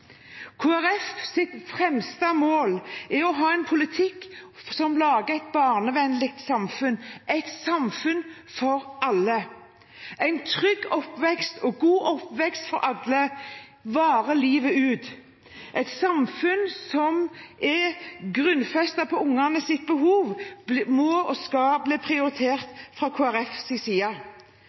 fremste mål er å ha en politikk som lager et barnevennlig samfunn – et samfunn for alle. En trygg og god oppvekst for alle varer livet ut. Et samfunn som er grunnfestet på ungenes behov, må og skal bli prioritert fra Kristelig Folkepartis side.